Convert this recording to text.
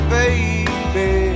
baby